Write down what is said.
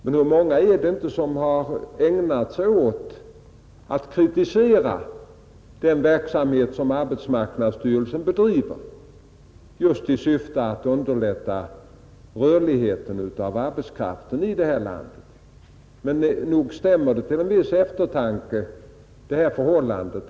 Men hur många är det inte som ägnat sig åt att kritisera den verksamhet som arbetsmarknadsstyrelsen bedriver just i syfte att underlätta rörligheten av arbetskraften i vårt land? Nog stämmer detta förhållande till en viss eftertanke.